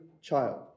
child